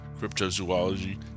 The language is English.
cryptozoology